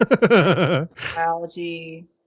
Biology